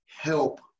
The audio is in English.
help